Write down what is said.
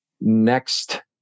next